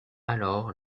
alors